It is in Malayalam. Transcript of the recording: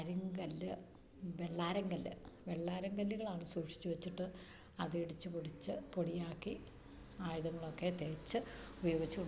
കരിങ്കല്ല് വെള്ളാരങ്കല്ല് വെള്ളാരങ്കല്ലുകളാണ് സൂക്ഷിച്ച് വെച്ചിട്ട് അത് ഇടിച്ച് പൊടിച്ച് പൊടിയാക്കി ആയുധങ്ങളൊക്കെ തേച്ച് ഉപയോഗിച്ചോണ്ടിരുന്നത്